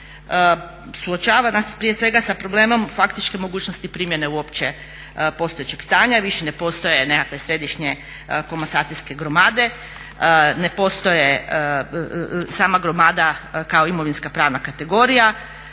suočava nas prije svega sa problemom faktičke mogućnosti primjene uopće postojećeg stanja. Više ne postoje nekakve središnje komasacijske gromade, ne postoji sama gromada kao imovinska pravna kategorija,